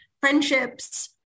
friendships